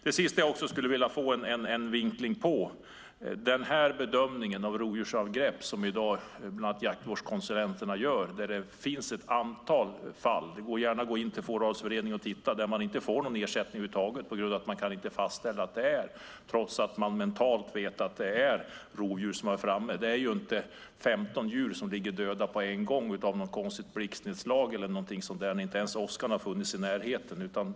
Det sista jag skulle vilja få en vinkling på är bedömningen av rovdjursangrepp, som i dag bland annat jaktvårdskonsulenterna gör. Det finns ett antal fall - gå gärna in till fåravelsföreningarna och titta - där man inte fått någon ersättning över huvud taget på grund av att det inte gått att fastställa vad det är, trots att man mentalt vet att det är rovdjur som har varit framme. 15 djur ligger inte döda på en gång på grund av något konstigt blixtnedslag när inte ens åskan har funnits i närheten.